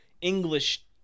English